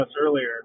earlier